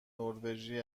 نروژی